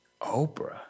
Oprah